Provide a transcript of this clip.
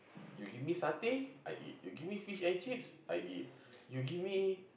you give satay I eat you give me fish and chips I eat you give me